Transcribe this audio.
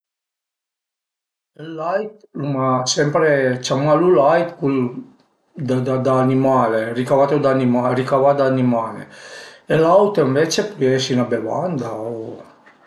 Ël lait l'uma sempre ciamalu lait cul da animale, ricavato da animale, ricavà da animale e l'aut ënvece a pö esi na bevanda